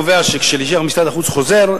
קובע שכששליח משרד החוץ חוזר,